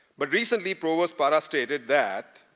but recently provost para stated that,